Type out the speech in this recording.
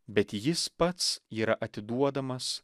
bet jis pats yra atiduodamas